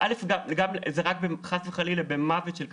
זה חס וחלילה במוות של קטין.